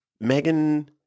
Megan